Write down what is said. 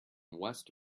west